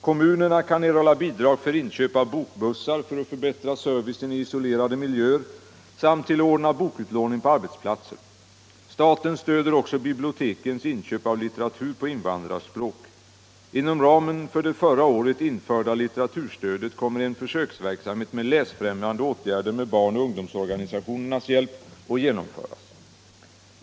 Kommuner kan erhålla bidrag för inköp av bokbussar för att förbättra servicen i isolerade miljöer samt till att ordna bokutlåning på arbetsplatser. Staten stöder också bibliotekens inköp av litteratur på invandrarspråk. Inom ramen för det förra året införda litteraturstödet kommer en försöksverksamhet med läsfrämjande åtgärder med barnoch ungdomsorganisationernas hjälp att genomföras.